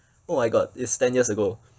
oh my god is ten years ago